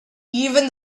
even